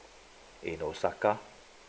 in osaka